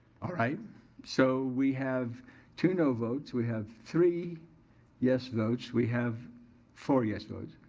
all right so we have two no votes. we have three yes votes. we have four yes votes.